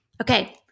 Okay